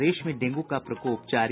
प्रदेश में डेंगू का प्रकोप जारी